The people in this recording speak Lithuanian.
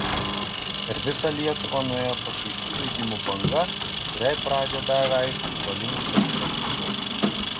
per visą lietuvą nuėjo pašaipių žaidimų banga kuriai pradžią davė aišku valinsko dviračio šou